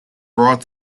brought